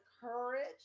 courage